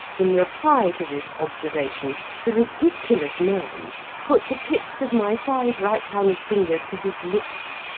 in reply to this observation, the ridiculous man put the tips of my five right-hand fingers to his lips,